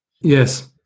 Yes